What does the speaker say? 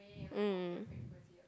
mm